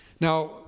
Now